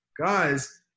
guys